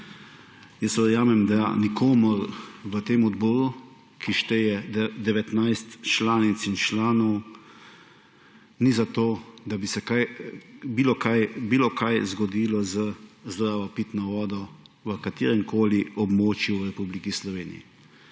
jaz verjamem, da nikomur v tem odboru, ki šteje 19 članic in članov, ni za to, da bi se karkoli zgodilo s pitno vodo v kateremkoli območju v Republiki Sloveniji.